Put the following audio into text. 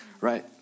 right